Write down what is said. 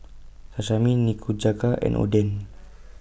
Sashimi Nikujaga and Oden